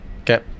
okay